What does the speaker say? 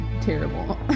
Terrible